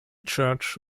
church